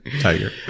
Tiger